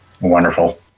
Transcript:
Wonderful